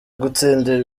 gutsindira